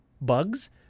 bugs